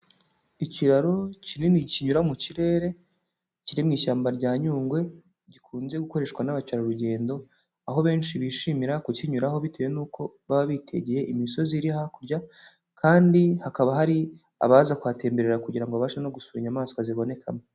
Ikiraro kinini kinyura mu kirere kiri mu ishyamba rya Nyungwe gikunze gukoreshwa n'abakerarugendo, aho benshi bishimira kukinyuraho bitewe n'uko baba bitegeye imisozi iri hakurya kandi hakaba hari abaza kuhatemberera kugira ngo babashe no gusura inyamaswa zibonekamo.